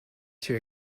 too